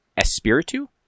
Espiritu